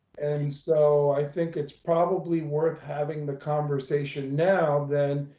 and so i think it's probably worth having the conversation now than,